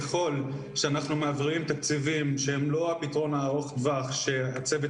ככל שאנחנו מעבירים תקציבים שהם לא הפתרון ארוך-הטווח שהצוות